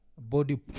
body